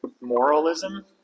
moralism